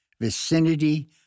vicinity